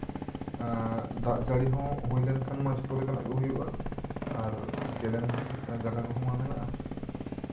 ᱮᱜ ᱫᱟᱜ ᱡᱟᱹᱲᱤ ᱦᱚᱸ ᱦᱩᱭ ᱞᱮᱱᱠᱷᱟᱱ ᱢᱟ ᱡᱚᱛᱚ ᱞᱮᱠᱟᱱᱟᱜ ᱜᱮ ᱦᱩᱭᱩᱜᱼᱟ ᱟᱨ ᱠᱮᱞᱮᱱ ᱜᱟᱰᱟ ᱠᱚᱦᱚᱸ ᱢᱟ ᱢᱮᱱᱟᱜᱼᱟ